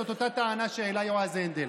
זו הייתה טענה שהעלה יועז הנדל: